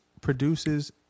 produces